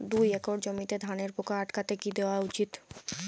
দুই একর জমিতে ধানের পোকা আটকাতে কি দেওয়া উচিৎ?